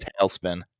tailspin